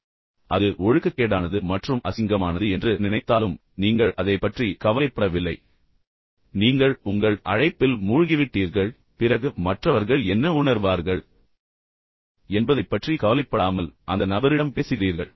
உங்களைப் பற்றி அவர்கள் அது ஒழுக்கக்கேடானது மற்றும் அசிங்கமானது என்று நினைத்தாலும் நீங்கள் அதைப் பற்றி கவலைப்பட வில்லை நீங்கள் உங்கள் அழைப்பில் மூழ்கிவிட்டீர்கள் பிறகு மற்றவர்கள் என்ன உணர்வார்கள் என்பதைப் பற்றி கவலைப்படாமல் அந்த நபரிடம் பேசுகிறீர்கள்